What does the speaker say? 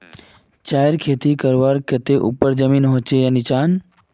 चाय पत्तीर खेती करवार केते ऊपर जमीन होचे या निचान?